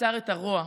עצר את הרוע,